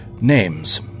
names